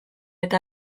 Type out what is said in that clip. eta